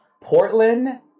Portland